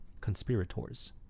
conspirators